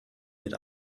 mit